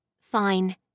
Fine